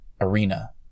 arena